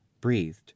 breathed